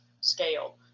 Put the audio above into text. scale